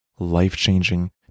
life-changing